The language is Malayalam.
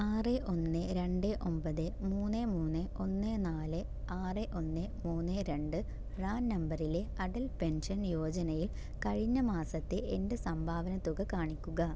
ആറ് ഒന്ന് രണ്ട് ഒമ്പത് മൂന്ന് മൂന്ന് ഒന്ന് നാല് ആറ് ഒന്ന് മൂന്ന് രണ്ട് പ്രാൻ നമ്പറിലെ അടൽ പെൻഷൻ യോജനയിൽ കഴിഞ്ഞ മാസത്തെ എൻ്റെ സംഭാവന തുക കാണിക്കുക